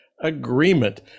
agreement